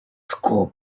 school